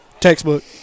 textbook